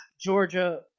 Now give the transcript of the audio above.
Georgia